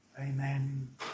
Amen